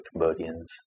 Cambodians